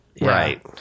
Right